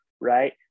right